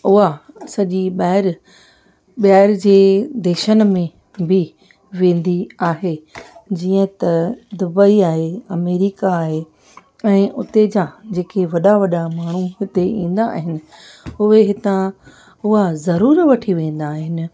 उहा सॼी ॿाहिरि ॿाहिर जे देशनि में बि वेंदी आहे जीअं त दुबई आहे अमेरिका आहे ऐं उते जा जेके वॾा वॾा माण्हू हिते ईंदा आहिनि उहे हितां उहा ज़रूरु वठी वेंदा आहिनि